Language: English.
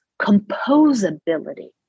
composability